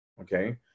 okay